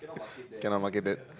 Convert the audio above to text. cannot market that